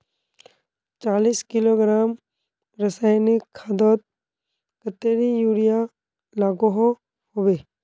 चालीस किलोग्राम रासायनिक खादोत कतेरी यूरिया लागोहो होबे?